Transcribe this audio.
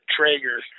Traeger